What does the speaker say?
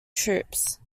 troops